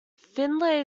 finlay